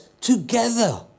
together